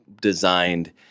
designed